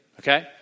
okay